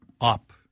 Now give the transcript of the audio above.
up